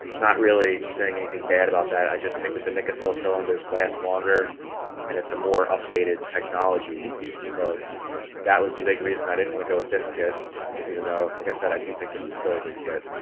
not really saying anything bad about that. i just think that the nikah so cylinders last longer and it's a more updated technology so that was the big reason i didn't want to go with this kit even though like i said i do think this is still a good kit